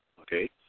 okay